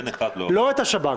לא השב"כ.